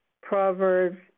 Proverbs